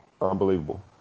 Unbelievable